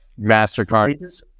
Mastercard